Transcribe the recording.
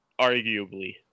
arguably